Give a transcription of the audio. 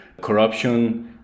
corruption